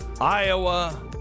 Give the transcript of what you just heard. Iowa